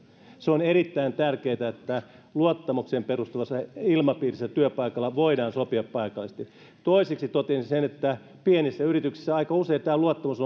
se on erittäin tärkeätä että luottamukseen perustuvassa ilmapiirissä työpaikalla voidaan sopia paikallisesti toiseksi totesin että pienissä yrityksissä aika usein tämä luottamus